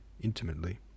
intimately